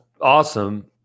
awesome